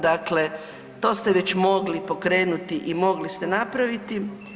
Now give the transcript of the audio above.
Dakle to ste već mogli pokrenuti i mogli ste napraviti.